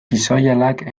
pixoihalak